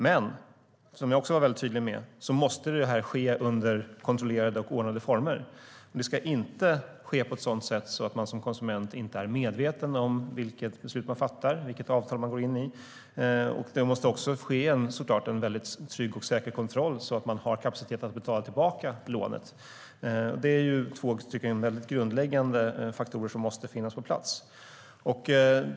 Men som jag också var väldigt tydlig med måste det här ske under kontrollerade och ordnade former. Det ska inte ske på ett sådant sätt att man som konsument inte är medveten om vilket beslut man fattar och vilket avtal man går in i. Det måste också såklart ske en trygg och säker kontroll, så att man har kapacitet att betala tillbaka lånet. Det är två väldigt grundläggande faktorer som måste finnas på plats.